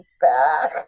back